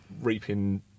reaping